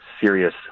serious